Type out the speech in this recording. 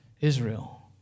Israel